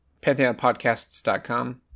pantheonpodcasts.com